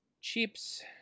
Chips